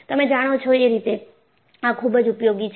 તમે જાણો છો એ રીતે આ ખૂબ જ ઉપયોગી છે